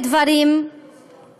אלה דברים חמורים,